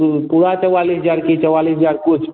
तो पूरा चवालीस हज़ार कि चवालीस हज़ार कुछ